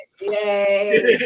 yay